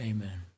Amen